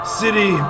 city